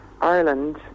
Ireland